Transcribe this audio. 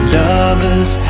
lovers